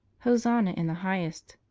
hosanna in the highest.